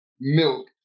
milk